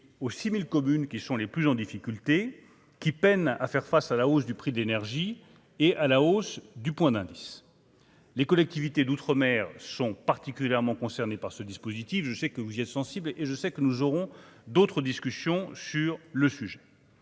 aux 6000 communes qui sont les plus en difficulté. Qui peine à faire face à la hausse du prix de l'énergie et à la hausse du point d'indice, les collectivités d'outre-mer sont particulièrement concernés par ce dispositif, je sais que vous y êtes sensible et et je sais que nous aurons d'autres discussions sur le sujet,